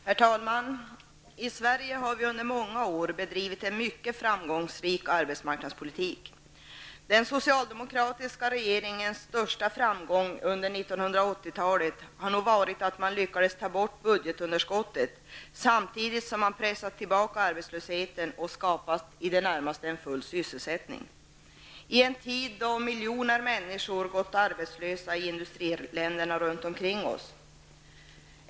Herr talman! I Sverige har vi under många år bedrivit en mycket framgångsrik arbetsmarknadspolitik. Den socialdemokratiska regeringens största framgång under 80-talet har nog varit att man lyckades få bort budgetunderskottet samtidigt som man pressat tillbaka arbetslösheten och skapat i det närmaste full sysselsättning, i en tid då miljoner människor gått arbetslösa i industriländerna runt omkring oss.